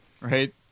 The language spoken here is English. right